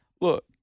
Look